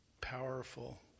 powerful